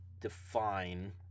define